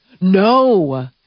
no